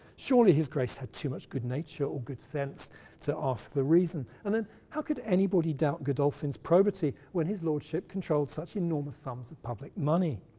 surely his grace had too much good nature or good sense to ask the reason. and then, how could anybody doubt godolphin's probity when his lordship controlled such enormous sums of public money?